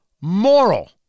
moral